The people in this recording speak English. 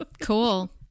Cool